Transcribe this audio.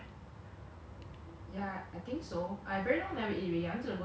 ya it's like quite I mean the singapore Jollibee spaghetti